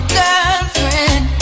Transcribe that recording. girlfriend